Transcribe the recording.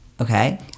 Okay